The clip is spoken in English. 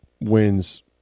wins